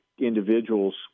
individuals